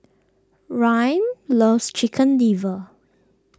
Rayne loves Chicken Liver